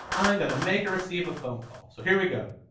i'm gonna make or receive a phone call. so here we go.